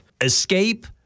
Escape